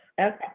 Okay